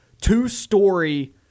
two-story